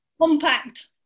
Compact